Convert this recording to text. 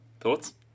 Thoughts